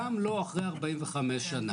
גם לא אחרי 45 שנה.